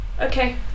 Okay